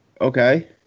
Okay